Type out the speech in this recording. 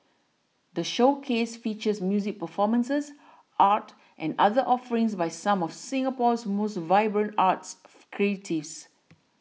the showcase features music performances art and other offerings by some of Singapore's most vibrant arts creatives